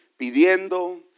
pidiendo